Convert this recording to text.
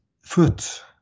foot